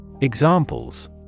Examples